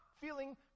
feeling